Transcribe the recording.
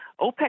opec